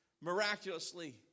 miraculously